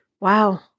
Wow